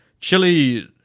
Chili